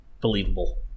believable